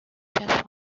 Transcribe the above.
just